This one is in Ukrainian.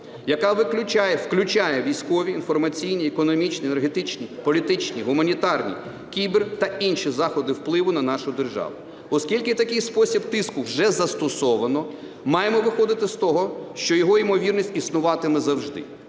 яка включає військові, інформаційні, економічні, енергетичні, політичні, гуманітарні, кібер та інші заходи впливу на нашу державу. Оскільки такий спосіб тиску вже застосовано, маємо виходити з того, що його ймовірність існуватиме завжди.